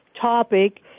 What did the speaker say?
topic